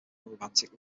romantic